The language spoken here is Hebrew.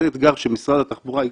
זה אתגר שמשרד התחבורה,